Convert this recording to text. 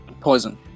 Poison